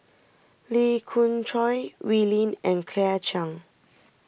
Lee Khoon Choy Wee Lin and Claire Chiang